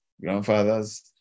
grandfathers